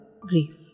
Grief